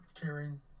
caring